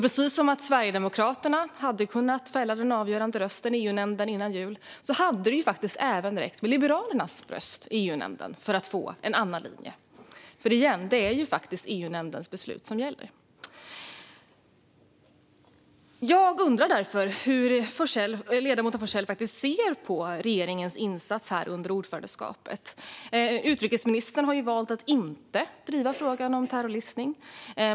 Precis som Sverigedemokraterna hade kunnat avge den avgörande rösten i EU-nämnden innan jul hade det även räckt med Liberalernas röst i EU-nämnden för att få en annan linje. Det är faktiskt EU-nämndens beslut som gäller. Jag undrar därför hur ledamoten Forssell ser på regeringens insats under ordförandeskapet. Utrikesministern har valt att inte driva frågan om terrorlistning.